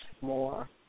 more